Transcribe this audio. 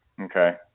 Okay